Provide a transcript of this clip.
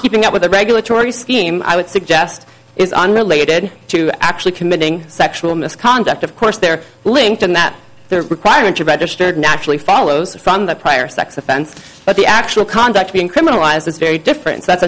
keeping up with the regulatory scheme i would suggest is unrelated to actually committing sexual misconduct of course they're linked in that requirement to registered naturally follows from the prior sex offense but the actual conduct being criminalized is very different so that's